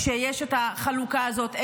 כשיש את החלוקה הזאת,